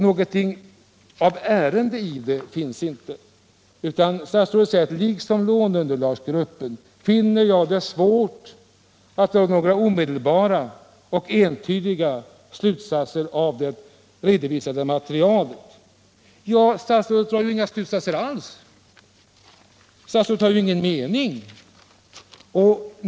Någonting av ärende finns inte i svaret. Statsrådet säger: ”Liksom låneunderlagsgruppen finner jag det svårt att dra några omedelbara och entydiga slutsatser av det redovisade materialet.” Statsrådet drar ju inga slutsatser alls. Statsrådet har ingen mening.